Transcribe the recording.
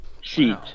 sheet